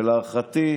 ולהערכתי,